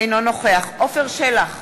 אינו נוכח עפר שלח,